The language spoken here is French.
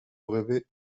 rêver